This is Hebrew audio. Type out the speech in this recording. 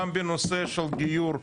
גם בנושא של גיור,